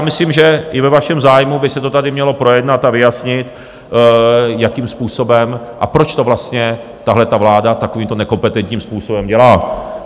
Myslím, že i ve vašem zájmu by se tady mělo projednat a vyjasnit, jakým způsobem a proč to vlastně tahle vláda takovýmto nekompetentním způsobem dělá.